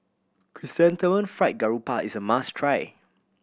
Chrysanthemum Fried Garoupa is a must try